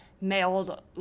mailed